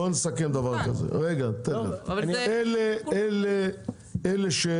בואו נסכם דבר כזה: אלה שסומן